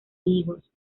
higos